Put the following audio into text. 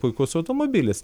puikus automobilis